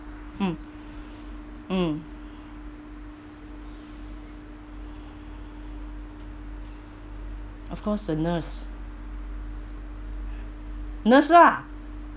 mm mm of course a nurse nurse lah